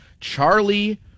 Charlie